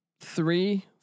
three